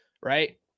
right